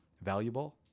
valuable